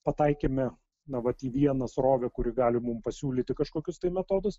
pataikėme na vat į vieną srovę kuri gali mums pasiūlyti kažkokius tai metodus